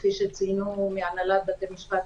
כפי שציינו מהנהלת בתי המשפט,